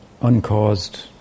uncaused